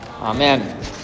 Amen